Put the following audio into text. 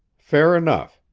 fair enough.